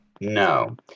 No